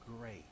great